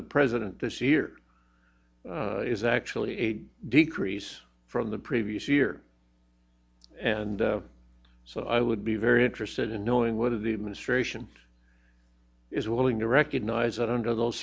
the president this year is actually a decrease from the previous year and so i would be very interested in knowing whether the administration is willing to recognize that under those